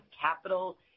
capital